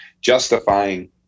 justifying